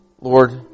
Lord